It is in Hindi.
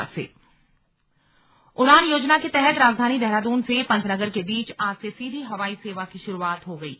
स्लग हवाई सेवा उड़ान योजना के तहत राजधानी देहरादून से पंतनगर के बीच आज से सीधी हवाई सेवा की शुरूआत हो गई है